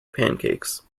pancakes